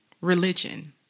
religion